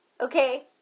Okay